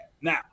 Now